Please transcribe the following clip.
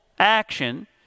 action